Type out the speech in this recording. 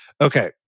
Okay